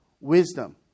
wisdom